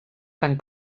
tan